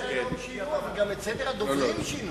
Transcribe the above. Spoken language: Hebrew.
סדר-יום שינו, אבל גם את סדר הדוברים שינו.